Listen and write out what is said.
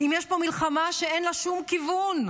אם יש פה מלחמה שאין לה שום כיוון,